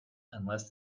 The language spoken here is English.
unless